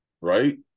right